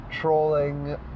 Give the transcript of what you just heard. trolling